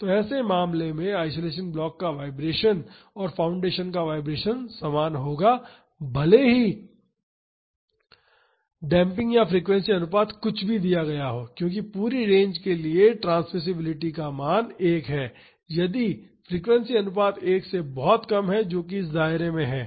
तो ऐसे मामले में आइसोलेशन ब्लॉक का वाइब्रेशन और फाउंडेशन का वाइब्रेशन समान होगा भले ही डेम्पिंग या फ्रीक्वेंसी अनुपात कुछ भी दी गई हो क्योंकि पूरी रेंज के लिए ट्रांसमिसिबिलिटी मान 1 है यदि फ्रीक्वेंसी अनुपात 1 से बहुत कम है जो इस दायरे में है